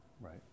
right